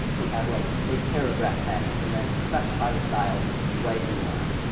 we have like a paragraph tag, and then specify the style right in line.